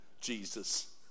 Jesus